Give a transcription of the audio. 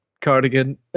cardigan